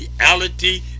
reality